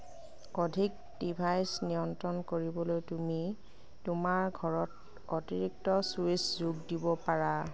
অধিক ডিভাইচ নিয়ন্ত্ৰণ কৰিবলৈ তুমি তোমাৰ ঘৰত অতিৰিক্ত ছুইচ যোগ দিব পাৰা